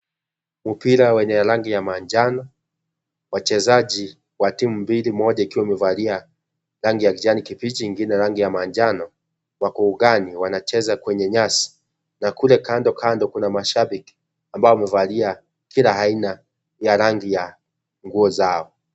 Mpira wenye rangi ya manjano, wachezaji wa timu mbili moja ikiwa imevalia rangi ya kijani kibichi ingine rangi ya manjano wako ugani wanacheza kwenye nyasi, na kule kandokando kuna mashabiki ambao wamevalia kila aina ya rangi ya nguo zao.